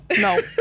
no